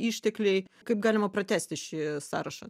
ištekliai kaip galima pratęsti šį sąrašą